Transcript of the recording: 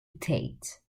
tate